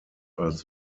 als